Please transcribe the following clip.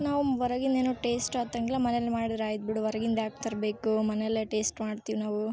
ನಾವು ಹೊರಗಿಂದೇನು ಟೇಸ್ಟು ಹತ್ತಂಗಿಲ್ಲ ಮನೆಲ್ಲಿ ಮಾಡಿದ್ರೆ ಆಯ್ತು ಬಿಡು ಹೊರಗಿಂದ ಯಾಕೆ ತರಬೇಕು ಮನೆಯಲ್ಲೇ ಟೇಸ್ಟ್ ಮಾಡ್ತೀವಿ ನಾವು